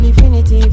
infinity